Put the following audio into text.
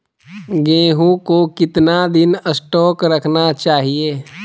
गेंहू को कितना दिन स्टोक रखना चाइए?